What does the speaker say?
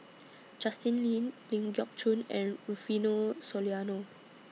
Justin Lean Ling Geok Choon and Rufino Soliano